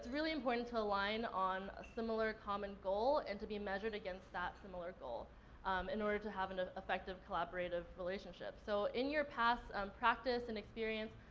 really important to align on a similar, common goal and to be measured against that similar goal um in order to have an effective collaborative relationship. so, in your past um practice and experience,